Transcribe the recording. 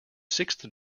sixth